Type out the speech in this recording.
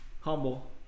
Humble